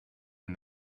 and